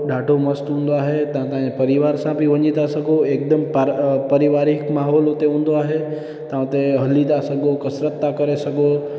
ॾाढो मस्तु हूंदो आहे तव्हां तव्हां जे परिवार सां बि वञी था सघो हिकदमि प परिवारिक माहौल हुते हूंदो आहे तव्हां हुते हली था सघो कसरत था करे सघो